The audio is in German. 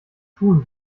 tun